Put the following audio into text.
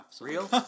Real